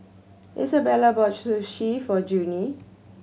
Isabella bought Sushi for Junie